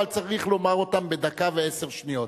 אבל צריך לומר אותן בדקה ועשר שניות.